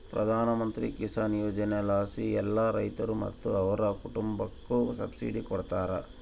ಪ್ರಧಾನಮಂತ್ರಿ ಕಿಸಾನ್ ಯೋಜನೆಲಾಸಿ ಎಲ್ಲಾ ರೈತ್ರು ಮತ್ತೆ ಅವ್ರ್ ಕುಟುಂಬುಕ್ಕ ಸಬ್ಸಿಡಿ ಕೊಡ್ತಾರ